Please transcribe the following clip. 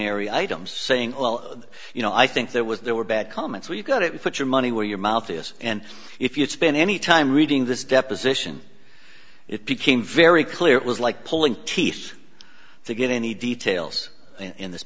y items saying well you know i think there was there were bad comments where you got it put your money where your mouth is and if you spend any time reading this deposition it became very clear it was like pulling teeth to get any details in this